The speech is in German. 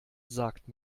sagt